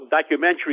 documentary